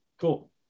cool